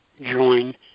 join